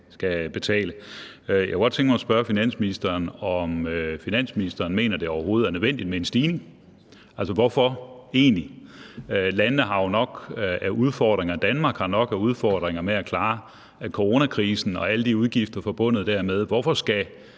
finansministeren, om finansministeren mener, det overhovedet er nødvendigt med en stigning. Altså, hvorfor egentlig? Landene har jo nok af udfordringer, Danmark har nok af udfordringer med at klare coronakrisen og alle de udgifter, der er forbundet dermed. Hvorfor skal